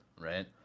right